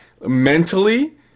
mentally